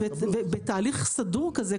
ובתהליך סדור כזה,